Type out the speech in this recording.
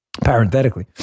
parenthetically